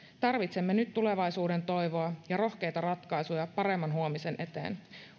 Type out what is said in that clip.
tarvitsemme nyt tulevaisuudentoivoa ja rohkeita ratkaisuja paremman huomisen eteen